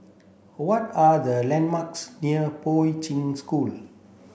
what are the landmarks near Poi Ching School